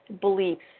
Beliefs